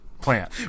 Plant